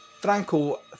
Franco